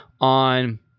on